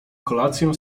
kolację